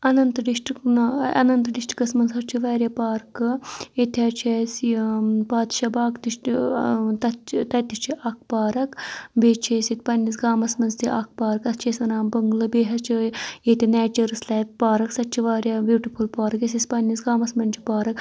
اَنَنت district نا اَنَنت ڈِسٹرکَس منٛز حٕظ چھِ واریاہ پارکہٕ ییٚتہِ حٕظ چھِ اَسہِ یہِ پادشاہ باغ تہِ چھُ تتھ چھُ تَتہِ چھِ اَکھ پارَک بیٚیہِ چھِ اَسہِ ییٚتہِ پنٛنِس گامَس منٛز تہِ اکھ پارک اَتھ چھِ أسۍ وَنان بٕنٛگلہٕ بیٚیہِ حٕظ چھِ ییٚتہِ نیچرس لیک پارَک سۄ تہِ چھِ واریاہ بیوٗٹِفُل پارَک یۄس اَسہِ پنٛنِس گامَس منٛز چھِ پارَک